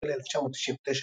אפריל 1999,